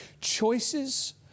Choices